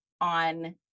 on